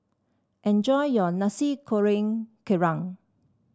enjoy your Nasi Goreng Kerang